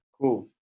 Cool